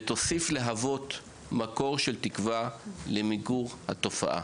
ותוסיף להוות מקור של תקווה למיגור התופעה.